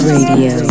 Radio